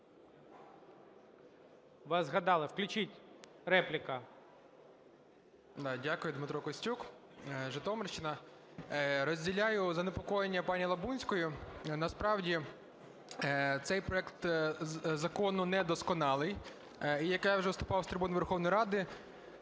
вас згадали. Включіть, репліка. 17:42:50 КОСТЮК Д.С. Дякую. Дмитро Костюк, Житомирщина. Розділяю занепокоєння пані Лабунської. Насправді цей проект закону недосконалий. Як я вже виступав з трибуни Верховної Ради,